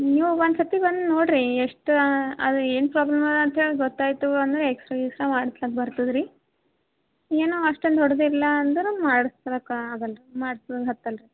ನೀವು ಒಂದು ಸರ್ತಿ ಬಂದು ನೋಡಿರಿ ಎಷ್ಟು ಅದು ಏನು ಪ್ರಾಬ್ಲಮ್ ಅದ ಅಂತ ಹೇಳಿ ಗೊತ್ತಾಯಿತು ಅಂದರೆ ಎಕ್ಸ್ರೇ ಗಿಕ್ಸ್ರೇ ಮಾಡ್ಸಕ್ಕೆ ಬರ್ತದೆ ರೀ ಏನೋ ಅಷ್ಟೊಂದು ದೊಡ್ಡದಿಲ್ಲ ಅಂದ್ರೆ ಮಾಡಿಸ್ಕಳಕ್ಕೆ ಆಗಲ್ಲ ರೀ ಮಾಡ್ಸು ಹತ್ತಲ್ಲ ರೀ